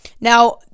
Now